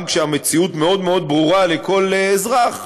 גם כשהמציאות מאוד מאוד ברורה לכל אזרח,